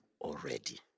already